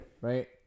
right